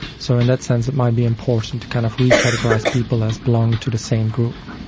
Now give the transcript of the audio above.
so in that sense it might be important to kind of re-categorise people as belonging to the same group.